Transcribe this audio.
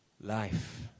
life